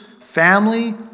family